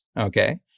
okay